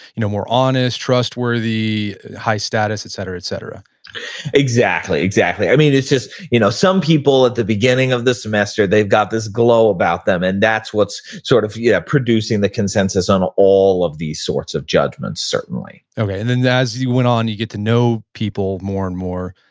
you know, more honest, trustworthy, high status, etc, etc exactly, exactly. i mean it's just, you know, some people at the beginning of the semester they've got this glow about them and that's what's sort of yeah producing the consensus on all of these sorts of judgments certainly okay. and then as you went on, you get to know people more and more.